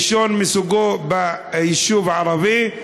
ראשון מסוגו ביישוב ערבי.